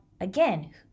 again